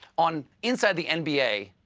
on inside the n b a.